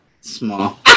small